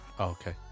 Okay